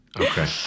Okay